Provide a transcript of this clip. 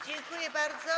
Dziękuję bardzo.